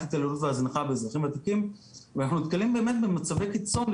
התעללות והזנחה באזרחים וותיקים ואנחנו נתקלים באמת במצבי קיצון.